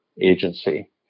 agency